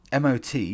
MOT